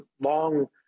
long